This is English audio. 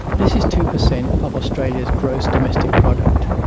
this is two percent of australia's gross domestic product,